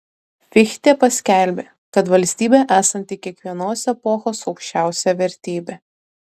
fichtė paskelbė kad valstybė esanti kiekvienos epochos aukščiausia vertybė